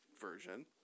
version